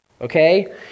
Okay